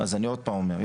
אז אני עוד פעם אומר,